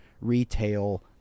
retail